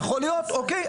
יכול להיות, אוקיי.